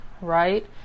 right